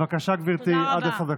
בבקשה, גברתי, עד עשר דקות.